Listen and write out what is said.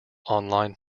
online